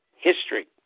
history